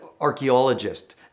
archaeologist